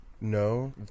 No